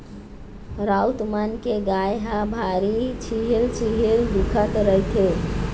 राउत मन के गाय ह भारी छिहिल छिहिल दिखत रहिथे